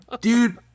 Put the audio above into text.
Dude